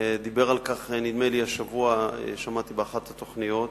דיבר על כך נדמה לי השבוע שמעתי באחת התוכניות,